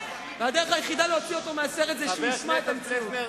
והדרך היחידה להוציא אותו מהסרט היא שהוא ישמע את המציאות.